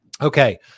Okay